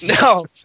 No